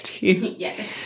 yes